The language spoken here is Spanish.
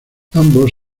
ambos